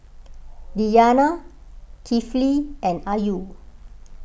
Diyana Kifli and Ayu